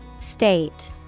State